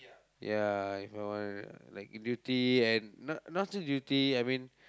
ya If I want to like duty and not not say duty I mean